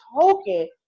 token